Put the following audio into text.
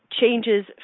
Changes